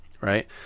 right